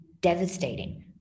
devastating